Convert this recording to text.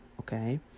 Okay